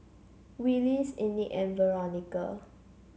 Willis Enid and Veronica